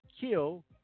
kill